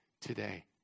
today